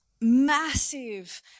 massive